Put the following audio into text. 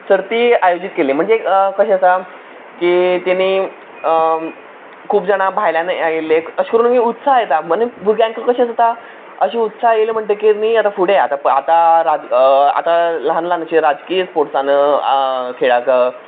सर्ती आयोजीत केल्ले म्हणचे कशें आसा की तेमी खूब जाणा भायल्यान आयिल्ले अशें करून मागीर उत्साह येता भुरग्यांक कशें आसता मातशे उत्साह येली म्हणटकीर आतां फुडें आतां आतां ल्हान ल्हान अशे राजकीय स्पोर्ट्सान खेळाक